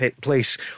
Place